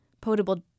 potable